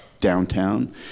downtown